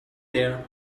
there